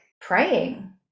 praying